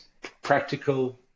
practical